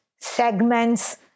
segments